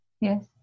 Yes